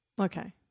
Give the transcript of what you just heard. Okay